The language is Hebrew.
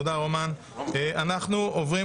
אנחנו עוברים